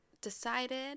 decided